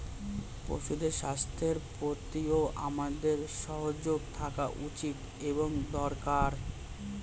পশুদের স্বাস্থ্যের প্রতিও আমাদের সজাগ থাকা উচিত এবং দরকার